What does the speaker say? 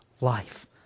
life